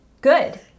Good